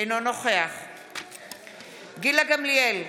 אינו נוכח גילה גמליאל,